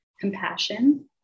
compassion